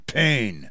pain